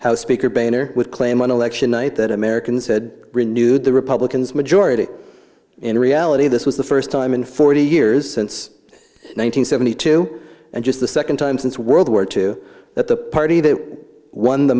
house speaker boehner would claim on election night that americans said renewed the republicans majority in reality this was the first time in forty years since one thousand seventy two and just the second time since world war two that the party that won